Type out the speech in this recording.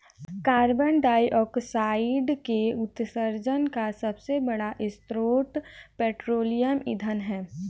carbon dioxide के उत्सर्जन का सबसे बड़ा स्रोत पेट्रोलियम ईंधन है